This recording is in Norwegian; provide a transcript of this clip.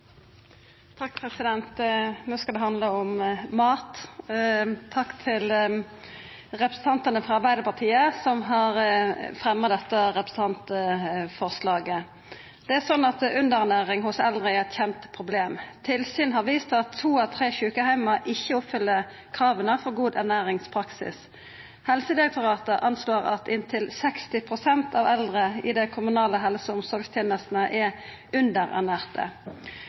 Takk til representantane frå Arbeidarpartiet som har fremja dette representantforslaget. Underernæring hos eldre er eit kjent problem. Tilsyn har vist at to av tre sjukeheimar ikkje oppfyller krava for god ernæringspraksis. Helsedirektoratet anslår at inntil 60 pst. av eldre i dei kommunale helse- og omsorgstenestene er